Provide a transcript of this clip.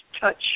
touch